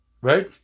Right